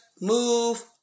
move